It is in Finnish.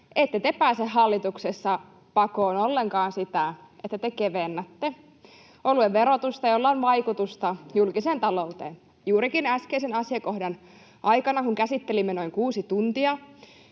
Ette te pääse hallituksessa pakoon ollenkaan sitä, että te kevennätte oluen verotusta, jolla on vaikutusta julkiseen talouteen. Juurikin äskeisen asiakohdan aikana käsittelimme noin kuusi tuntia